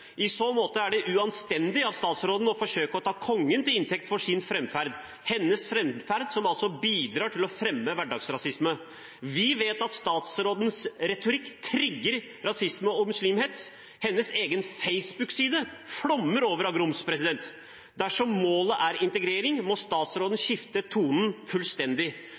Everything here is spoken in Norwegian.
I så måte er det uanstendig av statsråden å forsøke å ta kongen til inntekt for sin framferd, en framferd som bidrar til å fremme hverdagsrasisme. Vi vet at statsrådens retorikk trigger rasisme og muslimhets, og hennes egen Facebook-side flommer over av grums. Dersom målet er integrering, må statsråden skifte tone fullstendig